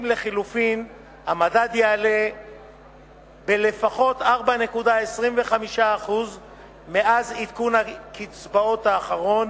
לחלופין המדד יעלה בלפחות 4.25% מאז עדכון הקצבאות האחרון,